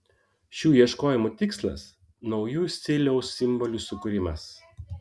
šių ieškojimų tikslas naujų stiliaus simbolių sukūrimas